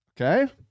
okay